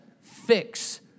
fix